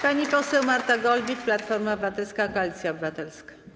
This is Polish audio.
Pani poseł Marta Golbik, Platforma Obywatelska - Koalicja Obywatelska.